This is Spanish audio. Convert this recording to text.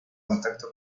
contacto